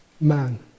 man